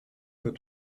that